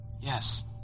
Yes